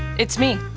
it's me,